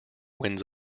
wins